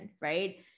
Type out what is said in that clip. right